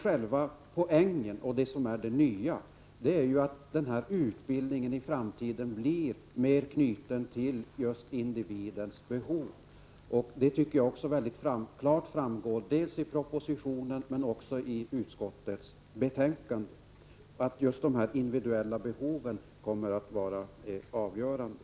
Själva poängen och det nya är ju att utbildningen i framtiden blir mer knuten just till individens behov. Jag tycker att det framgår väldigt klart både av propositionen och av utskottets betänkande att just det individuella behovet kommer att vara avgörande.